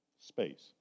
space